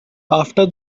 after